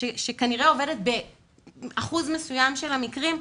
שכנראה עובדת באחוז מסוים של המקרים,